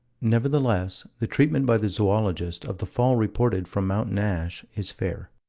nevertheless, the treatment by the zoologist of the fall reported from mountain ash is fair.